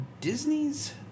Disney's